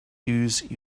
use